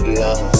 love